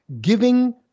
Giving